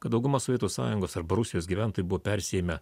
kad dauguma sovietų sąjungos arba rusijos gyventojų buvo persiėmę